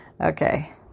Okay